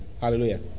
Hallelujah